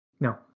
No